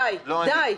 די, די.